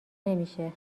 نمیشه